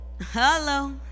Hello